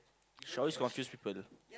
she always confuse people